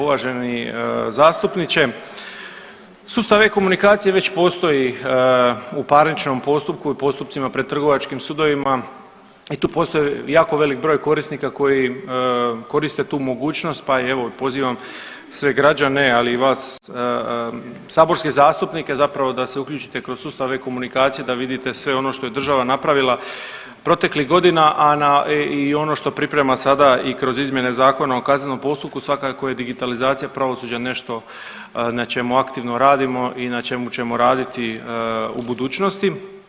Uvaženi zastupniče, sustav e-komunikacije već postoji u parničnom postupku i u postupcima pred trgovačkim sudovima i tu postoji jako velik broj korisnika koji koriste tu mogućnost, pa i evo pozivam sve građane, ali i vas saborske zastupnike zapravo da se uključite kroz sustav e-komunikacije da vidite sve ono što je država napravila proteklih godina, a i ono što priprema sada i kroz izmjene ZKP-a svakako je digitalizacija pravosuđa nešto na čemu aktivno radimo i na čemu ćemo raditi u budućnosti.